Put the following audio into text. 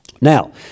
Now